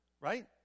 right